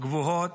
גבוהים